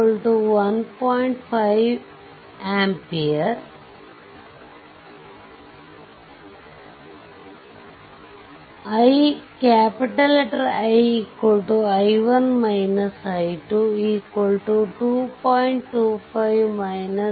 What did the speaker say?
5 ampere I i1 i2 2